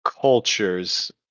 cultures